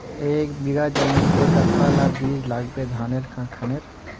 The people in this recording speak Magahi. एक बीघा जमीन तय कतला ला बीज लागे धानेर खानेर?